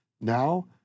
Now